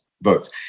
votes